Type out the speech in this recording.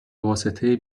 واسطه